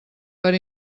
per